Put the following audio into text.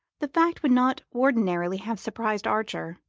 the fact would not ordinarily have surprised archer,